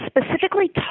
specifically